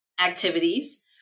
activities